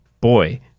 Boy